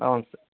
అవును సార్